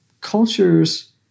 cultures